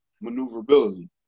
maneuverability